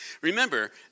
Remember